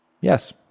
Yes